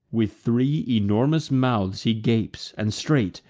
with three enormous mouths he gapes and straight,